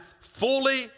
fully